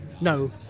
no